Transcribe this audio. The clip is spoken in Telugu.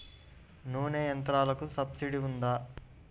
నూనె యంత్రాలకు సబ్సిడీ ఉందా?